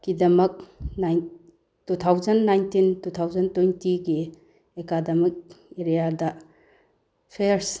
ꯀꯤꯗꯃꯛ two thousand nineteen two thousand ꯇ꯭ꯋꯦꯟꯇꯤꯒꯤ academic ꯏꯌꯥꯔꯗ ꯐ꯭ꯔꯦꯁ